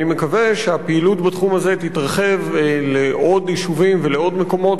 אני מקווה שהפעילות בתחום הזה תתרחב לעוד יישובים ולעוד מקומות,